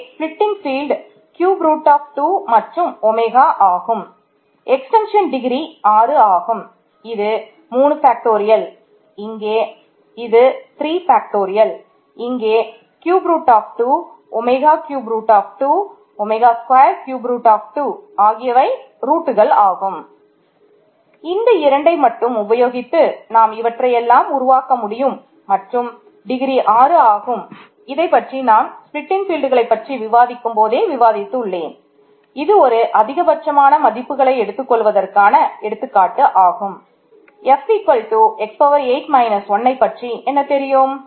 இங்கே ஸ்பிலிட்டிங் 1 யை பற்றி என்ன தெரியும்